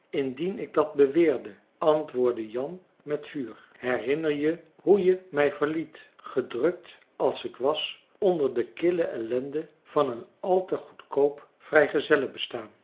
indien ik dat beweerde antwoordde jan met vuur herinner je hoe je mij verliet gedrukt als ik was onder de kille ellenden van een al te goedkoop